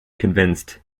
convinced